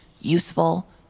useful